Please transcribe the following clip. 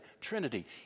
Trinity